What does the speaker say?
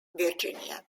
virginia